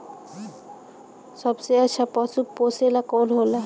सबसे अच्छा पशु पोसेला कौन होला?